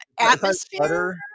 atmosphere